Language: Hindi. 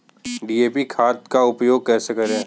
डी.ए.पी खाद का उपयोग कैसे करें?